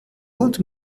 old